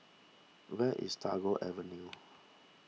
where is Tagore Avenue